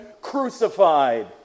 crucified